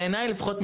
בעיניי לפחות,